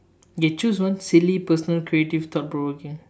okay choose one silly personal creative thought provoking